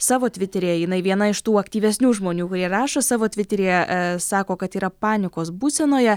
savo tviteryje jinai viena iš tų aktyvesnių žmonių kurie rašo savo tviteryje sako kad yra panikos būsenoje